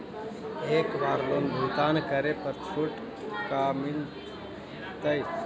एक बार लोन भुगतान करे पर का छुट मिल तइ?